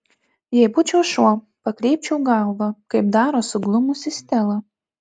jei būčiau šuo pakreipčiau galvą kaip daro suglumusi stela